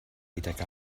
gydag